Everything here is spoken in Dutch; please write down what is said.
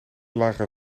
lagere